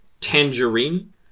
Tangerine